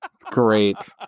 Great